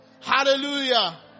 Hallelujah